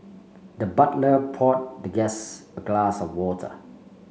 the butler poured the guest a glass of water